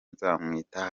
nzamwita